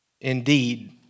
Indeed